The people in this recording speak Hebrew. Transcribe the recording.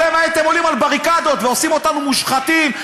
אתם הייתם עולים על בריקדות ועושים אותנו מושחתים,